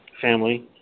family